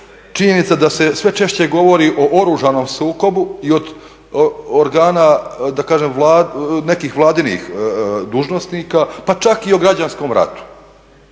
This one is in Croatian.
činjenica da se sve češće govori o oružanom sukobu i od organa da kažem nekih vladinih dužnosnika pa čak i o građanskom ratu,